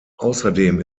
außerdem